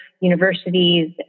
universities